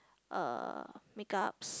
uh makeups